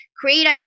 create